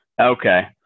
Okay